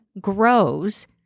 grows